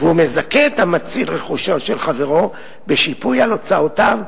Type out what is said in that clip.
והוא מזכה את המציל רכושו של חברו בשיפוי על הוצאותיו,